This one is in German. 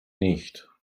nicht